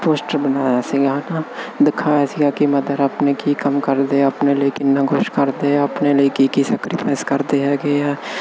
poster ਬਣਾਇਆ ਸੀਗਾ ਦਿਖਾਇਆ ਸੀਗਾ ਕਿ ਮੈਂ ਤੇਰਾ ਆਪਣੇ ਕੀ ਕੰਮ ਕਰਦੇ ਆਪਣੇ ਲਈ ਕਿੰਨਾ ਕੁਝ ਕਰਦੇ ਆ ਆਪਣੇ ਲਈ ਕੀ ਕੀ ਸਕਰੀਨਸ ਕਰਦੇ ਹੈਗੇ ਆ ਤੇ ਹੁਣ ਜਦੋਂ ਮੇਰੇ